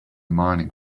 mining